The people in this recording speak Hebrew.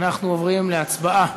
אנחנו עוברים להצבעה